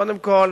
קודם כול,